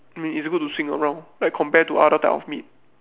mm it's good to swing around like compared to other type of meat